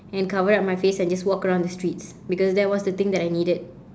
and cover up my face and just walk around the streets because that was the thing that I needed